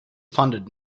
funded